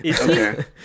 okay